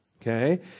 Okay